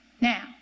Now